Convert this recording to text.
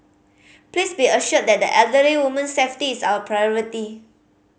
please be assured that the elderly woman's safety is our priority